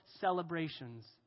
celebrations